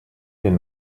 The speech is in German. den